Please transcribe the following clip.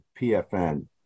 PFN